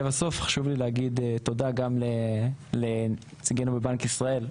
לבסוף חשוב לי להגיד תודה גם לנציגינו בבנק ישראל,